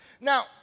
Now